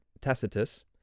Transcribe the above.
Tacitus